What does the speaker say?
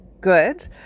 good